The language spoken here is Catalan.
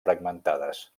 fragmentades